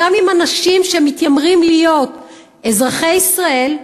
גם עם אנשים שמתיימרים להיות אזרחי ישראל,